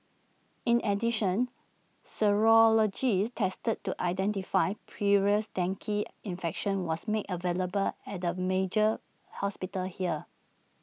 in addition serology teste to identify previous dengue infection was made available at the major hospitals here